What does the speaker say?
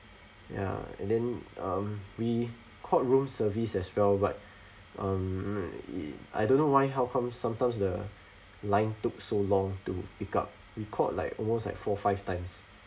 ya and then um we called room service as well right um mm it I don't know why how come sometimes the line took so long to pick up we called like almost like four five times